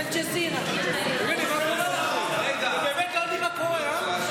אתם באמת לא יודעים מה קורה.